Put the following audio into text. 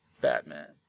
Batman